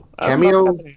cameo